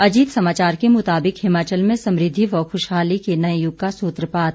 अजीत समाचार के मुताबिक हिमाचल में समृद्धि व खुशहाली के नए युग का सूत्रपात